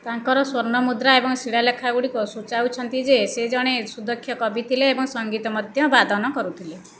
ତାଙ୍କର ସ୍ଵର୍ଣ୍ଣମୁଦ୍ରା ଏବଂ ଶିଳାଲେଖଗୁଡ଼ିକ ସୂଚାଉଛନ୍ତି ଯେ ସେ ଜଣେ ସୁଦକ୍ଷ କବି ଥିଲେ ଏବଂ ସଂଗୀତ ମଧ୍ୟ ବାଦନ କରୁଥିଲେ